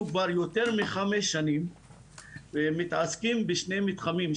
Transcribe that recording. אנחנו כבר יותר מחמש שנים מתעסקים בשני מתחמים,